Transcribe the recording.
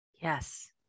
Yes